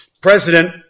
president